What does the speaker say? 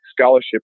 scholarship